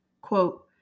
quote